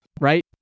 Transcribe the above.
right